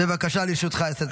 בבקשה, לרשותך עשר דקות.